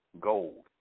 gold